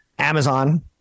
Amazon